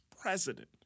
president